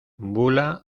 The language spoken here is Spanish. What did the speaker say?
bula